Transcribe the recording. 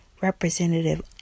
representative